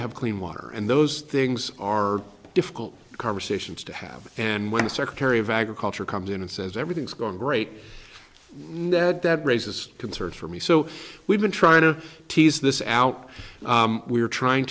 to have clean water and those things are difficult conversations to have and when the secretary of agriculture comes in and says everything's going great ned that raises concerns for me so we've been trying to tease this out we're trying